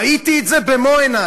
ראיתי את זה במו-עיני.